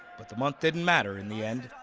but the month didn't matter in the end.